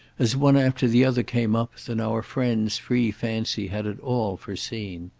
as one after the other came up, than our friend's free fancy had at all foreseen.